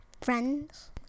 Friends